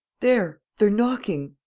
there, they're knocking.